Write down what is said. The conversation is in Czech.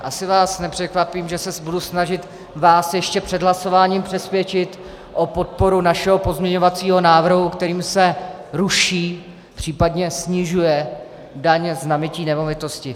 Asi vás nepřekvapím, že se budu snažit vás ještě před hlasováním přesvědčit pro podporu našeho pozměňovacího návrhu, kterým se ruší, případně snižuje daň z nabytí nemovitosti.